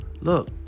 Look